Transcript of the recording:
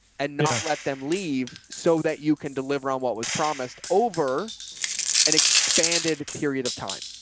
and not let them leave so that you can deliver on what was promised over an expanded period of time.